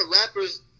rappers